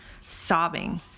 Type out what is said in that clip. sobbing